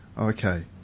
okay